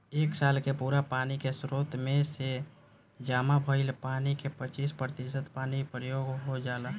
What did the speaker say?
एक साल के पूरा पानी के स्रोत में से जामा भईल पानी के पच्चीस प्रतिशत पानी प्रयोग हो जाला